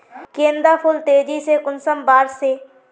गेंदा फुल तेजी से कुंसम बार से?